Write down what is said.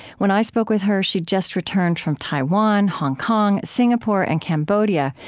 when i spoke with her, she'd just returned from taiwan, hong kong, singapore, and cambodia.